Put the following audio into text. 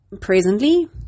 presently